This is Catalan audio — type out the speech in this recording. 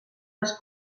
les